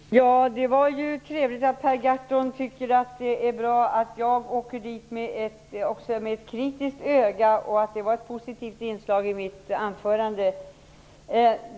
Fru talman! Det var ju trevligt att Per Gahrton tycker att det var ett positivt inslag i mitt anförande när jag sade att jag reser dit med kritiska ögon.